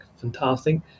fantastic